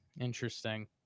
Interesting